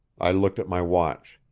i looked at my watch.